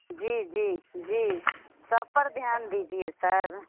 जी जी जी सब पर ध्यान दीजिए सर